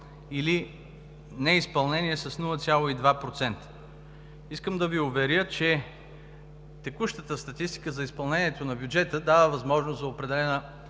е неизпълнение с 0,2%. Искам да Ви уверя, че текущата статистика за изпълнението на бюджета дава възможност за определена